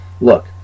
Look